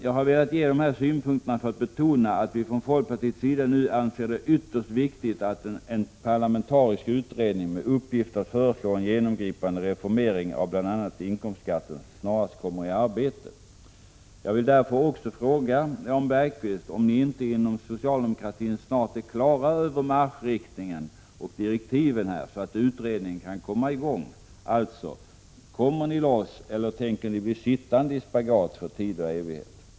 Jag har velat ge dessa synpunkter för att betona att vi från folkpartiet nu anser det ytterst viktigt att en parlamentarisk utredning med uppgift att föreslå en genomgripande reformering av bl.a. inkomstbeskattningen snarast kommer i arbete. Jag vill därför fråga, Jan Bergqvist, om ni inom socialdemokratin inte snart är klara över marschriktningen och direktiven, så att utredningen kan komma i gång. Alltså: Kommer ni loss eller tänker ni bli sittande i spagat för tid och evighet?